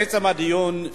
לעצם הדיון,